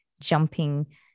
Jumping